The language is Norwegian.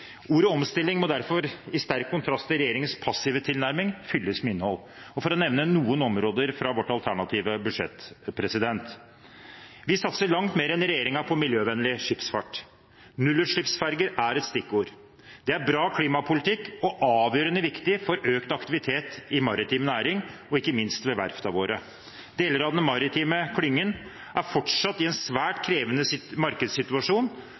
må derfor, i sterk kontrast til regjeringens passive tilnærming, fylles med innhold. For å nevne noen områder fra vårt alternative budsjett: Vi satser langt mer enn regjeringen på miljøvennlig skipsfart. Nullutslippsferger er et stikkord. Det er bra klimapolitikk og avgjørende viktig for økt aktivitet i maritim næring og ikke minst ved verftene våre. Deler av den maritime klyngen er fortsatt i en svært krevende markedssituasjon,